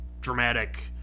dramatic